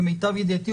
למיטב ידיעתי,